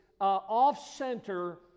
off-center